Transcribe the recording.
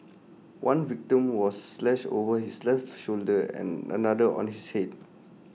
one victim was slashed over his left shoulder and another on his Head